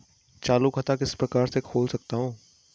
चालू खाता किस प्रकार से खोल सकता हूँ?